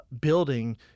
building